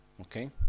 Okay